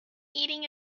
eating